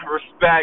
respect